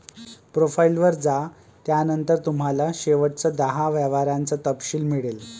profile वर जा, त्यानंतर तुम्हाला शेवटच्या दहा व्यवहारांचा तपशील मिळेल